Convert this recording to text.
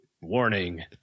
Warning